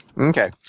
Okay